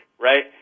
right